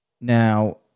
Now